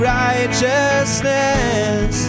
righteousness